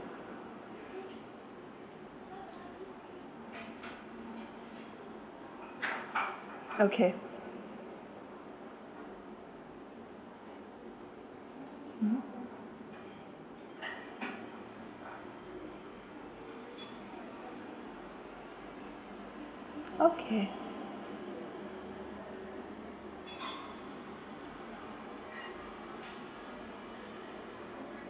okay mmhmm okay